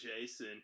Jason